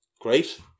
Great